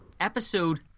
Episode